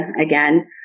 again